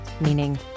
meaning